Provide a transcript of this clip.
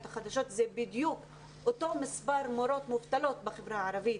החדשות וזה בדיוק אותו מספר של מורות מובטלות בחברה הערבית.